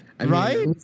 Right